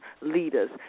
leaders